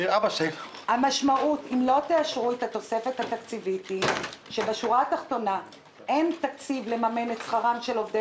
אם לא תאשרו את התוספת התקציבית לא יהיה תקציב לממן את שכרם של עובדי